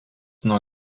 nuo